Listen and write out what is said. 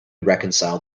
reconcile